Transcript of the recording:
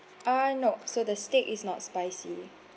uh no so the steak is not spicy